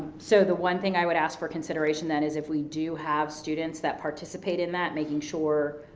so the one thing i would ask for consideration then is if we do have students that participate in that, making sure